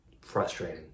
frustrating